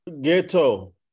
Ghetto